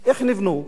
מי התיר אותם?